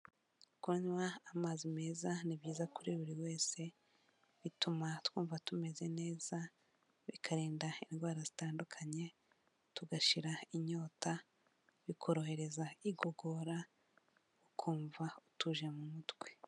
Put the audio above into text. Kunywa amazi meza ni byiza kuri buri wese, bituma twumva tumeze neza, bikarinda indwara zitandukanye, tugashira inyota, bikorohereza igogora, ukumva utuje mu mutwe.